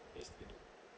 that's it